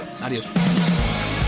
Adios